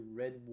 red